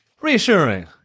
reassuring